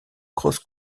cross